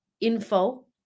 info